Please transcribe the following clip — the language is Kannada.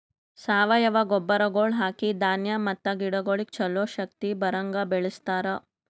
ಸಾವಯವ ಗೊಬ್ಬರಗೊಳ್ ಹಾಕಿ ಧಾನ್ಯ ಮತ್ತ ಗಿಡಗೊಳಿಗ್ ಛಲೋ ಶಕ್ತಿ ಬರಂಗ್ ಬೆಳಿಸ್ತಾರ್